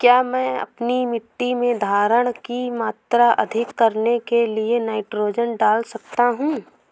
क्या मैं अपनी मिट्टी में धारण की मात्रा अधिक करने के लिए नाइट्रोजन डाल सकता हूँ?